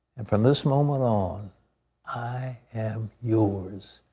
and from this moment on i am yours.